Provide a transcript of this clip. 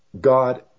God